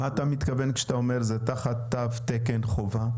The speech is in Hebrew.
מה אתה מתכוון כשאתה אומר שזה תחת תו תקן חובה?